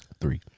Three